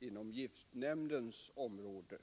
inom det område som övervakas av giftnämnden.